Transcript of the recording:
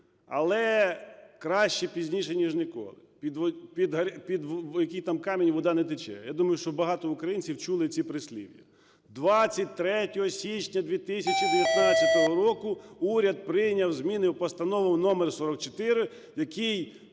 Але краще пізніше, ніж ніколи, під який там камінь вода не тече. Я думаю, що багато українців чули ці прислів'я. 23 січня 2019 року уряд прийняв зміни в Постанову № 44, в якій